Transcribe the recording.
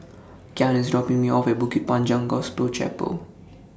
Kyan IS dropping Me off At Bukit Panjang Gospel Chapel